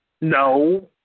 No